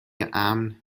امن